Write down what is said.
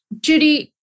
Judy